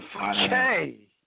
Okay